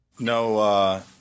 No